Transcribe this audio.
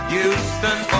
Houston